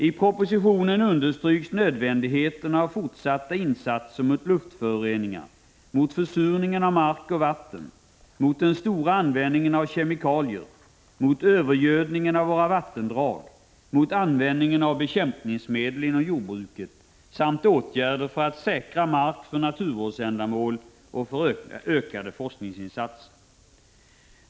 I propositionen understryks nödvändigheten av fortsatta insatser mot luftföroreningar, mot försurningen av mark och vatten, mot den stora användningen av kemikalier, mot övergödningen av våra vattendrag och mot användningen av bekämpningsmedel inom jordbruket samt nödvändigheten av åtgärder för att säkra mark för naturvårdsändamål och ökade forskningsinsatser.